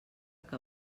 que